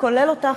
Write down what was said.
כולל אותך,